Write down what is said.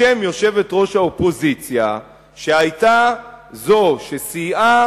בשם יושבת-ראש האופוזיציה שהיתה זו שסייעה